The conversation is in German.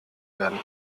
werden